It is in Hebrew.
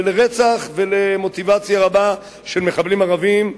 לרצח ולמוטיבציה רבה של מחבלים ערבים,